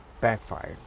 Backfired